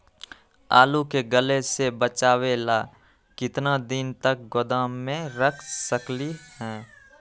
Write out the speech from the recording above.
आलू के गले से बचाबे ला कितना दिन तक गोदाम में रख सकली ह?